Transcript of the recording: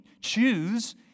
choose